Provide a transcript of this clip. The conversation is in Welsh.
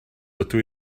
dydw